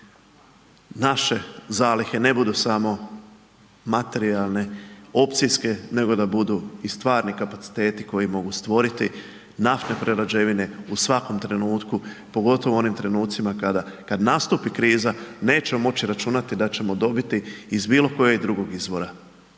naše zalihe ne budu samo materijalne, opcijske nego da budu i stvarni kapaciteti koji mogu stvoriti naftne prerađevine u svakom trenutku pogotovo u onim trenucima kada nastupi kriza, nećemo moći računati da ćemo dobiti iz bilo kojeg drugog izvora.